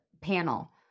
panel